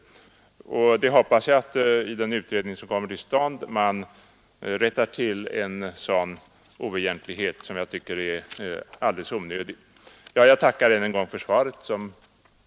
Jag hoppas att en sådan oegentlighet som jag tycker är alldeles onödig kommer att rättas till.